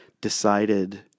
decided